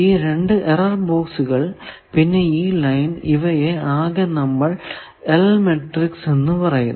ഈ രണ്ടു എറർ ബോക്സുകൾ പിന്നെ ഈ ലൈൻ ഇവയെ ആകെ നമ്മൾ L മാട്രിക്സ് എന്ന് പറയുന്നു